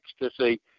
ecstasy